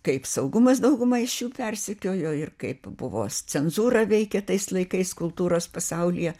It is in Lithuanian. kaip saugumas dauguma iš jų persekiojo ir kaip buvo cenzūra veikė tais laikais kultūros pasaulyje